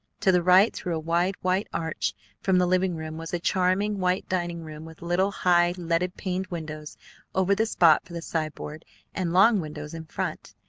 to the right through a wide white arch from the living-room was a charming white dining-room with little, high, leaded-paned windows over the spot for the sideboard and long windows in front.